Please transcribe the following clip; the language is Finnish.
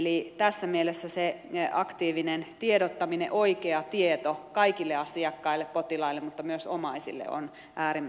eli tässä mielessä se aktiivinen tiedottaminen oikea tieto kaikille asiakkaille potilaille mutta myös omaisille on äärimmäisen tärkeää